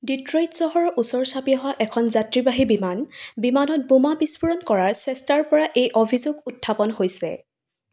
Detroit চহৰৰ ওচৰ চাপি অহা এখন যাত্ৰীবাহী বিমান বিমানত বোমা বিস্ফোৰণ কৰাৰ চেষ্টাৰ পৰা এই অভিযোগ উত্থাপন হৈছে